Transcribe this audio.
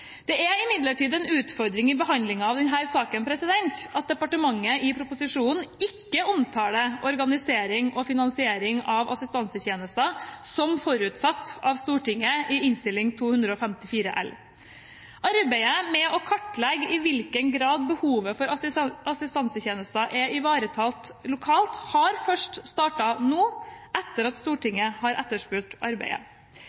Det er imidlertid en utfordring i behandlingen av denne saken at departementet i proposisjonen ikke omtaler organisering og finansiering av assistansetjenester som forutsatt av Stortinget i Innst. 254 L for 2013–2014. Arbeidet med å kartlegge i hvilken grad behovet for assistansetjenester er ivaretatt lokalt, har først startet nå, etter at